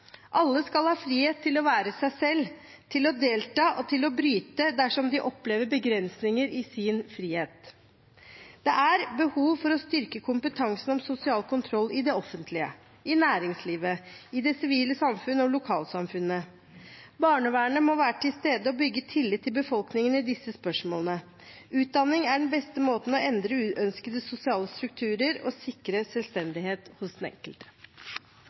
Alle skal ha frihet til å være seg selv, til å delta og til å bryte dersom de opplever begrensninger i sin frihet. Det er behov for å styrke kompetansen om sosial kontroll i det offentlige, i næringslivet, i det sivile samfunn og i lokalsamfunnet. Barnevernet må være til stede og bygge tillit i befolkningen i disse spørsmålene. Utdanning er den beste måten å endre uønskede sosiale strukturer og sikre selvstendighet hos den enkelte